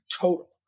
total